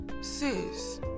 sis